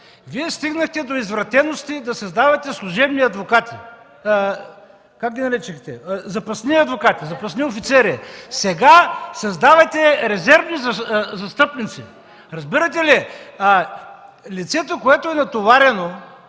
Вие стигнахте до извратености да създавате служебни адвокати, как ги нарекохте – запасни адвокати, запасни офицери! А сега създавате резервни застъпници. Разбирате ли, лицето, натоварено